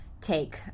take